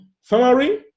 summary